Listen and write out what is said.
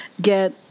get